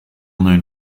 known